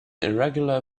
irregular